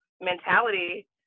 mentality